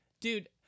Dude